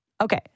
Okay